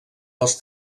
als